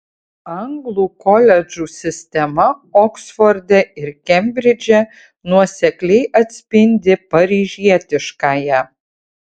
anglų koledžų sistema oksforde ir kembridže nuosekliai atspindi paryžietiškąją